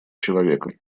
человека